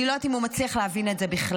אני לא יודעת אם הוא מצליח להבין את זה בכלל,